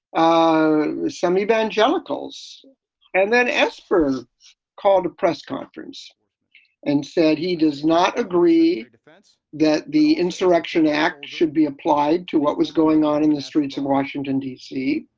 um some evangelicals and then espers called a press conference and said he does not agree defense that the insurrection act should be applied to what was going on in the streets in washington, d c.